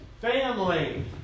family